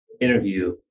interview